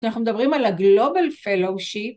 ‫אנחנו מדברים על הגלובל fellow שיט.